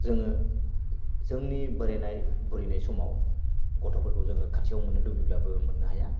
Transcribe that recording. जोङो जोंनि बोरायनाय बुरिनाय समाव गथ'फोरखौ जोङो खाथियाव मोननो लुबैब्लाबो मोननो हाया